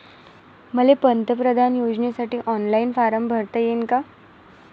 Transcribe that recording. मले पंतप्रधान योजनेसाठी ऑनलाईन फारम भरता येईन का?